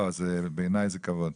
לא, בעיניי זה כבוד.